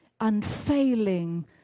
unfailing